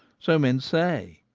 so men say.